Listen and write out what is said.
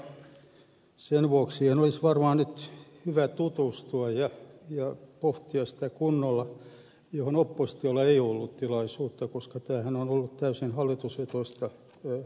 mutta sen vuoksi siihen olisi varmaan nyt hyvä tutustua ja pohtia sitä kunnolla mihin oppositiolla ei ollut tilaisuutta koska tämähän on ollut täysin hallitusvetoista valmistautumista